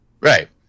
Right